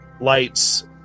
lights